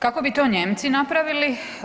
Kako bi to Nijemci napravili?